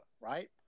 right